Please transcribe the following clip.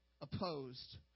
opposed